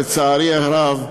לצערי הרב,